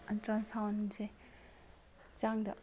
ꯑꯜꯇ꯭ꯔꯥꯁꯥꯎꯟꯁꯦ ꯍꯛꯆꯥꯡꯗ